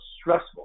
stressful